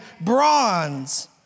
bronze